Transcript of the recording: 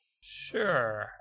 Sure